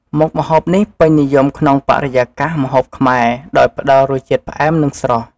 មុខម្ហូបនេះពេញនិយមក្នុងបរិយាកាសម្ហូបខ្មែរ ដោយផ្តល់រសជាតិផ្អែម និងស្រស់។